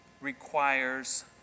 requires